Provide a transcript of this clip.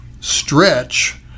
stretch